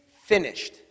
finished